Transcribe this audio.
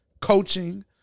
coaching